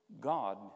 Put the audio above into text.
God